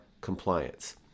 compliance